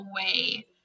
away